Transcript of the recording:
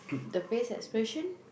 the face expression